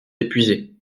épuisé